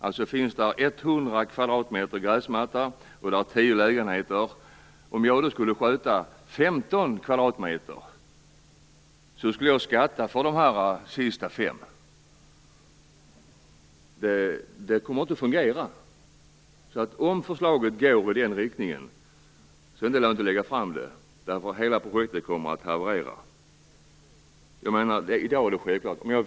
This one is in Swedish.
Det kan finnas 100 kvadratmeter gräsmatta och tio lägenheter. Om jag då skulle sköta 15 kvadratmeter skulle jag få skatta för 5 kvadratmeter. Det kommer inte att fungera. Om förslaget går i den riktningen är det inte lönt att lägga fram det. Då kommer hela projektet att haverera.